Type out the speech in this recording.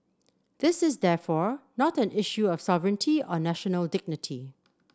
this is therefore not an issue of sovereignty or national dignity